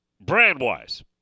Brand-wise